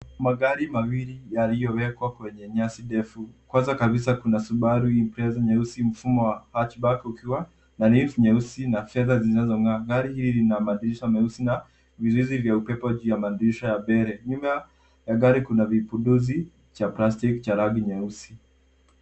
Magari mawili yaliyowekwa kwenye nyasi ndefu. Kwanza kabisa kuna subaru impreza nyeusi mfumo wa hatchback ukiwa na rims nyeusi na fedha zilizong'aa. Gari hili lina madirisha meusi na vizuizi vya upepo juu ya madirisha ya mbele. Nyuma ya gari kuna vipondozi cha plastiki cha rangi nyeusi.